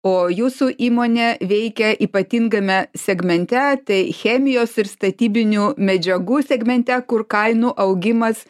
o jūsų įmonė veikia ypatingame segmente tai chemijos ir statybinių medžiagų segmente kur kainų augimas